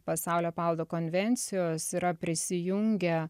pasaulio paveldo konvencijos yra prisijungę